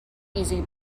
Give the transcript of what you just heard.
easily